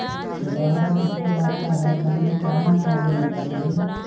रहर मे फूल आता हैं दने काहे न आबेले बताई?